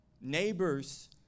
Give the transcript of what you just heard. neighbors